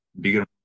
bigger